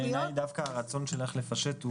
דווקא הרצון שלך לפשט,